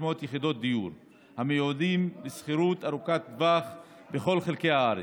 יחידות דיור המיועדות לשכירות ארוכת טווח בכל חלקי הארץ.